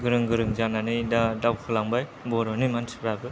गोरों गोरों जानानै दा दावखोलांबाय बर'नि मानसिफोराबो